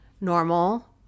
normal